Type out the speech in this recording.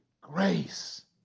grace